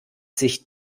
sich